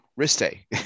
Riste